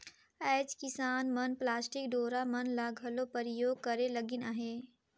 आएज किसान मन पलास्टिक डोरा मन ल घलो परियोग करे लगिन अहे